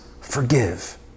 forgive